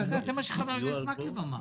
זה מה שחבר הכנסת מקלב אמר,